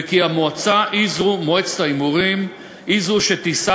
וכי מועצת ההימורים היא זו שתישא